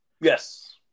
Yes